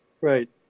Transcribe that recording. Right